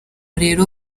rero